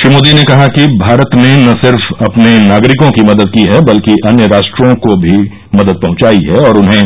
श्री मोदी ने कहा कि भारत ने न सिर्फ अपने नागरिकों की मदद की है बल्कि अन्य राष्ट्रों को भी मदद पहंचाई है और उन्हें